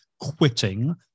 quitting